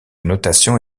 notation